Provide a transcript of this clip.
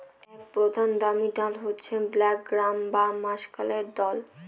এক প্রধান দামি ডাল হচ্ছে ব্ল্যাক গ্রাম বা মাষকলাইর দল